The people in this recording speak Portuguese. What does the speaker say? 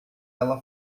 ela